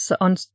on